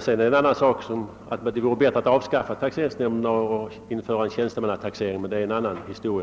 Sedan är det en annan sak att det vore bättre att avskaffa taxeringsnämnderna och i stället införa en tjänstemannataxering, men det är en annan historia.